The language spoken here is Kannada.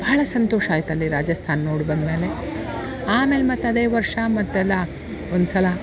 ಭಾಳ ಸಂತೋಷ ಆಯ್ತು ಅಲ್ಲಿ ರಾಜಸ್ಥಾನ ನೋಡಿ ಬಂದ ಮೇಲೆ ಆಮೇಲೆ ಮತ್ತು ಅದೇ ವರ್ಷ ಮತ್ತೆಲ್ಲ ಒಂದ್ಸಲ